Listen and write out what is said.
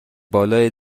بالا